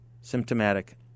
Symptomatic